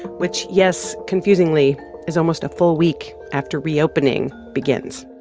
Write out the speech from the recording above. which, yes, confusingly is almost a full week after reopening begins.